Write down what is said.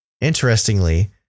Interestingly